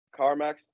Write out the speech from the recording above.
Carmax